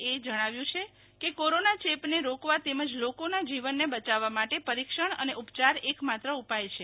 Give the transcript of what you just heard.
એ જણાવ્યું છે કે કોરોના ચેપને રોકવા તેમજ લકોોના જીવનને બચાવવા માટે પરિક્ષણ અને ઉપચાર એકમાત્ર ઉપાય છે